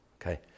Okay